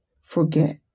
forget